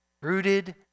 Rooted